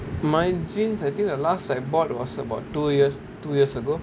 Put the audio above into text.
my jeans I think the last I bought was about two years two years ago